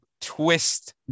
Twist